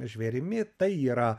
žvėrimi tai yra